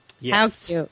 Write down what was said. Yes